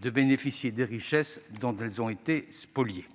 de bénéficier des richesses dont elles ont été spoliées.